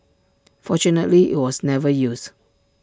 fortunately IT was never used